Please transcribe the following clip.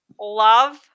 love